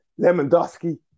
Lemondowski